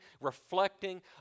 reflecting